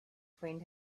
friend